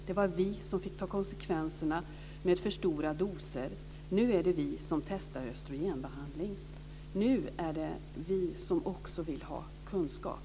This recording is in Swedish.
Det var vi som fick ta konsekvenserna av för stora doser. Nu är det vi som testar östrogenbehandling. Nu är det vi som också vill ha kunskap.